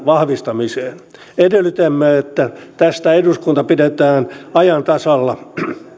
vahvistamiseen edellytämme että tästä eduskunta pidetään ajan tasalla